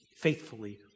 faithfully